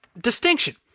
distinction